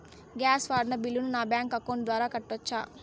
Gas వాడిన బిల్లును నా బ్యాంకు అకౌంట్ ద్వారా కట్టొచ్చా?